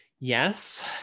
Yes